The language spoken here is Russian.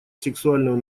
сексуального